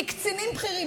מקצינים בכירים,